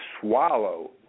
swallow